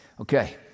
Okay